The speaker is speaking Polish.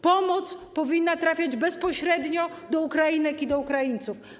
Pomoc powinna trafiać bezpośrednio do Ukrainek i Ukraińców.